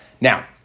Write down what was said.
Now